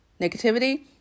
negativity